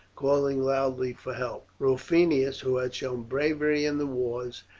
called loudly for help. rufinus, who had shown bravery in the wars,